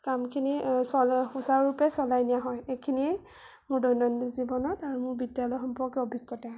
কামখিনি চলা সুচাৰুৰূপে চলাই নিয়া হয় এইখিনিয়েই মোৰ দৈনন্দিন জীৱনত আৰু মোৰ বিদ্যালয় সম্পৰ্কে অভিজ্ঞতা